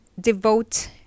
devote